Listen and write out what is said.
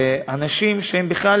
ואנשים שבכלל